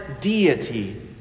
deity